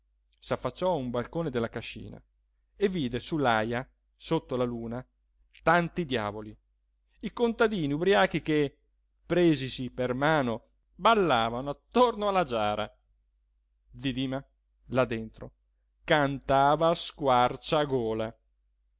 s'affacciò a un balcone della cascina e vide su l'aja sotto la luna tanti diavoli i contadini ubriachi che presisi per mano ballavano attorno alla giara zi dima là dentro cantava a squarciagola